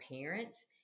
parents